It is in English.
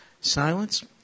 silence